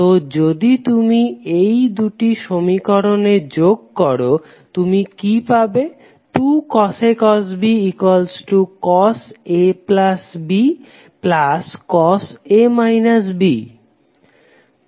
তো যদি তুমি এই দুটি সমীকরণে যোগ করো তুমি কি পাবে 2 cos A cos B cos cosAB